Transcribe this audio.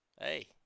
Hey